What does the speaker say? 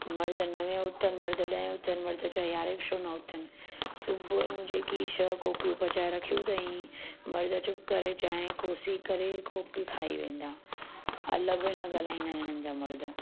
मर्द नवें उथनि मर्द ॾह उथनि चाहे यारहें बि छो न उथनि सुबुह जो जेकी छह कोकियूं पचाए रखियूं अथईं मर्द चुप करे चाहिं कोसी करे कोकी खाई वेंदा अलब बि न ॻाल्हाईंदा आहिनि हिननि जा मर्द